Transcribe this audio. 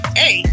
hey